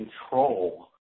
control